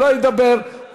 לא ידבר.